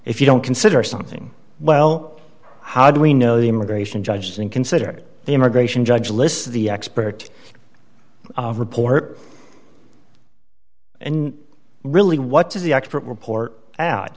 if you don't consider something well how do we know the immigration judge didn't consider it the immigration judge lists the expert report and really what does the expert report out